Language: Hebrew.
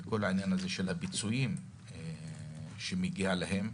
וכל העניין הזה של הפיצויים, שמגיע להם.